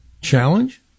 challenge